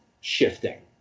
shifting